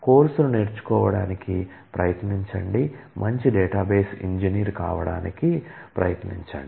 కోర్సును నేర్చుకోవడానికి ప్రయత్నించండి మంచి డేటాబేస్ ఇంజనీర్ కావడానికి ప్రయత్నించండి